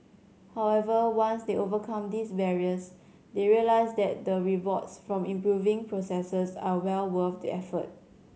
however once they overcome these barriers they realise that the rewards from improving processes are well worth the effort